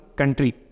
country